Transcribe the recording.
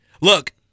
Look